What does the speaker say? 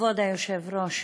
כבוד היושב-ראש,